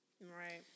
Right